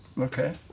Okay